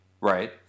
Right